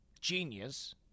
genius